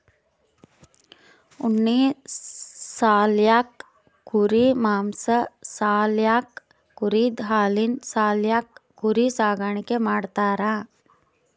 ಉಣ್ಣಿ ಸಾಲ್ಯಾಕ್ ಕುರಿ ಮಾಂಸಾ ಸಾಲ್ಯಾಕ್ ಕುರಿದ್ ಹಾಲಿನ್ ಸಾಲ್ಯಾಕ್ ಕುರಿ ಸಾಕಾಣಿಕೆ ಮಾಡ್ತಾರಾ